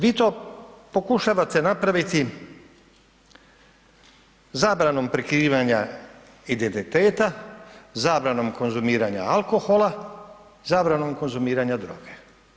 Vi to pokušavate napraviti zabranom prekrivanja identiteta, zabranom konzumiranja alkohola, zabranom konzumiranja droge.